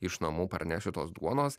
iš namų parnešiu tos duonos